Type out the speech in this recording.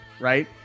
right